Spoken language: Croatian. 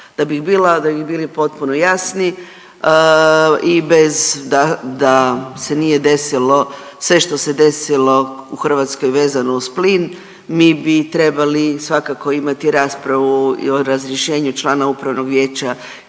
Da bi bila da bi bili potpuno jasni i bez da se nije desilo sve što se desilo u Hrvatskoj vezano uz plin, mi bi trebali svakako imati raspravu o razrješenju člana Upravnog vijeća